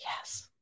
Yes